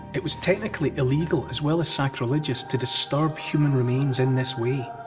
it was technically illegal as well as sacrilegious to disturb human remains in this way.